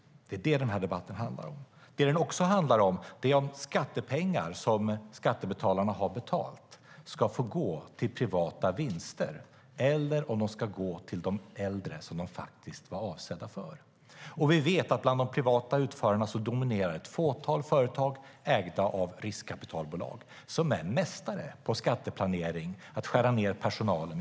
Det är detta den här debatten handlar om. Vad debatten också handlar om är om pengar som skattebetalarna har betalat ska få gå till privata vinster eller om de ska gå till de äldre, som de faktiskt var avsedda för. Vi vet att bland de privata utförarna dominerar ett fåtal företag ägda av riskkapitalbolag som är mästare på skatteplanering och på att göra personalnedskärningar.